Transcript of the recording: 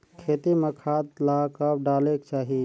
खेती म खाद ला कब डालेक चाही?